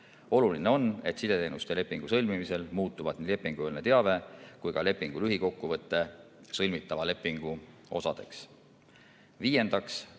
Oluline on, et sideteenuste lepingu sõlmimisel muutuvad nii lepingueelne teave kui ka lepingu lühikokkuvõte sõlmitava lepingu osadeks. Viiendaks,